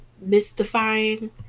mystifying